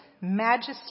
majesty